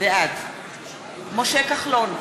בעד משה כחלון,